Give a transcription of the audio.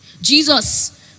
Jesus